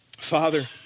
Father